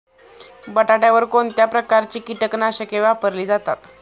बटाट्यावर कोणत्या प्रकारची कीटकनाशके वापरली जातात?